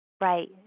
Right